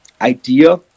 idea